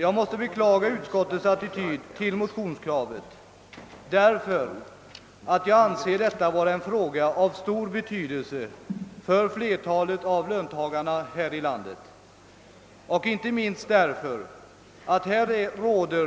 Jag måste beklaga utskottets ställningstagande eftersom jag anser detta vara en fråga av stor betydelse för flertalet löntagare här i landet.